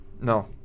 No